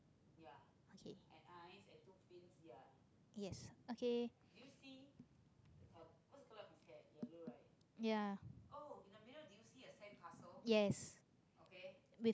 okay yes okay ya yes with